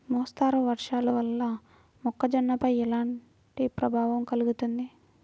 మోస్తరు వర్షాలు వల్ల మొక్కజొన్నపై ఎలాంటి ప్రభావం కలుగుతుంది?